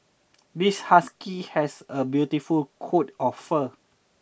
this husky has a beautiful coat of fur